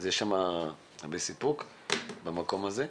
יש הרבה סיפוק במקום הזה.